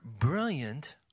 brilliant